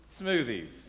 smoothies